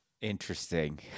Interesting